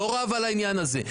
אני לא רב על העניין הזה.